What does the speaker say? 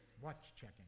Watch-checking